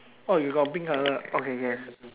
oh you got pink colour okay yes